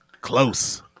close